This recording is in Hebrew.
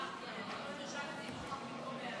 48),